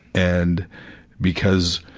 and because,